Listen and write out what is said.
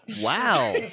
Wow